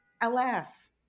alas